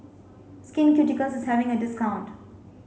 Skin Ceuticals is having a discount